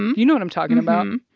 you know what i'm talking about mmm hmm.